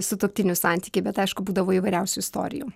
sutuoktinių santykiai bet aišku būdavo įvairiausių istorijų